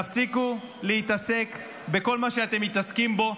תפסיקו להתעסק בכל מה שאתם מתעסקים בו,